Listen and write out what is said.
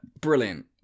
Brilliant